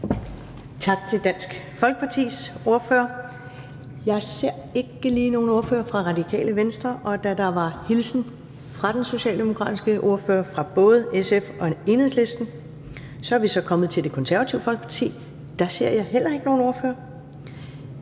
Tak til Dansk Folkepartis ordfører. Jeg ser ikke lige nogen ordfører fra Radikale Venstre, og da der var hilsen fra den socialdemokratiske ordfører fra både SF og Enhedslisten, er vi så kommet til Det Konservative Folkeparti, men der ser jeg heller ikke nogen ordfører